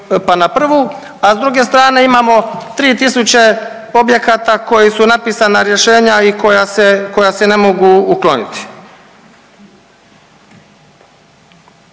pa na prvu, a s druge strane imamo 3 tisuće objekata koji su napisana rješenja i koja se, koja se ne mogu ukloniti.